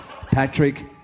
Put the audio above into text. Patrick